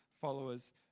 followers